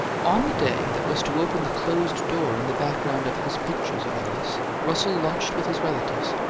on the day that was to open the closed door in the background of his pictures of alice, russell lunched with his relatives.